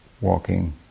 walking